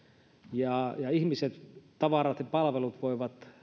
ja ihmiset tavarat ja palvelut voivat